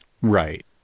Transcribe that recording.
right